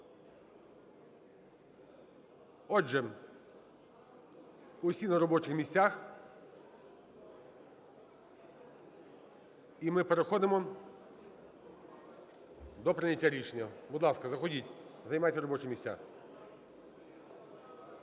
Отже, усі на робочих місцях. І ми переходимо до прийняття рішення. Будь ласка, заходіть, займайте робочі місця.